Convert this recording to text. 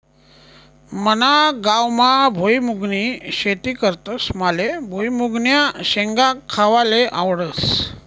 मना गावमा भुईमुंगनी शेती करतस माले भुईमुंगन्या शेंगा खावाले आवडस